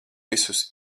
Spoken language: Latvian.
visus